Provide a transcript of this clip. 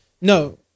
No